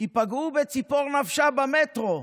כי פגעו בציפור נפשה, במטרו.